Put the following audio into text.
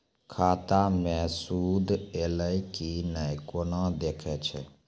खाता मे सूद एलय की ने कोना देखय छै?